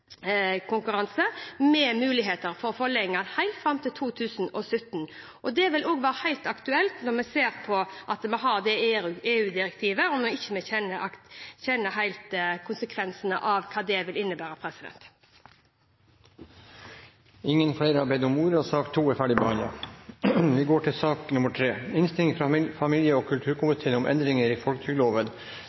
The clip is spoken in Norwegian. med muligheter for å forlenge den helt fram til 2017. Det vil også være aktuelt når vi ser at vi har det EU-direktivet og ikke helt kjenner konsekvensene av hva det vil innebære. Flere har ikke bedt om ordet til sak nr. 2. Etter ønske fra familie- og kulturkomiteen vil presidenten foreslå at taletiden blir begrenset til 5 minutter til hver gruppe og